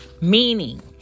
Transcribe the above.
Meaning